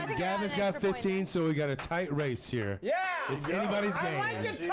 gavin's got fifteen, so we got a tight race here. yeah it's yeah anybody's game.